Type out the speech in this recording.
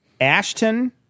Ashton